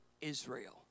Israel